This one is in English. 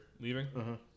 leaving